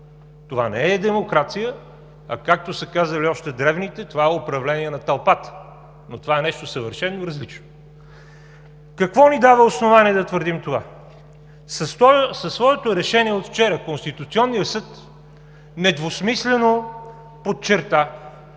Това не е демокрация, а както са казали още древните, това е управление на тълпата, но това е нещо съвършено различно. Какво ни дава основание да твърдим това? Със своето решение от вчера Конституционният съд недвусмислено подчерта,